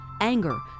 anger